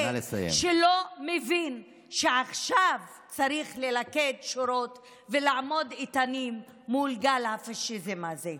שלא מבין שעכשיו צריך ללכד שורות ולעמוד איתנים מול גל הפשיזם הזה.